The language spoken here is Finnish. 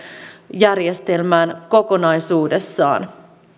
järjestelmään kokonaisuudessaan